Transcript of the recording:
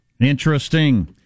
interesting